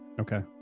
Okay